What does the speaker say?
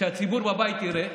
שהציבור בבית יראה,